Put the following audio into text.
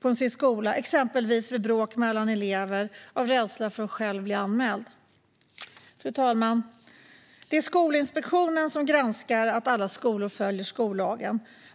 på sin skola, exempelvis vid bråk mellan elever, av rädsla för att själv bli anmäld. Fru talman! Det är Skolinspektionen som granskar att alla skolor följer skollagen.